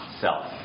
self